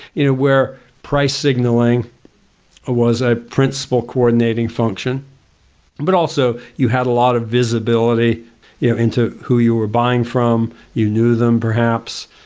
you know where price signaling was a principal coordinating function but also you had a lot of visibility yeah into who were buying from, you knew them perhaps,